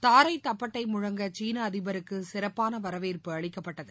தாரைதப்பட்டை முழங்க சீன அதிபருக்கு சிறப்பான வரவேற்பு அளிக்கப்பட்டது